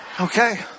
Okay